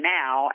now